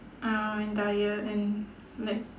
uh and diet and like